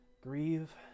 grieve